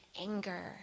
anger